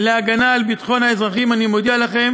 להגנה על ביטחון האזרחים, אני מודיע לכם